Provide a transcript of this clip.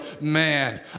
man